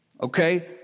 Okay